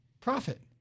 profit